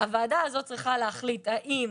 הוועדה הזאת צריכה להחליט האם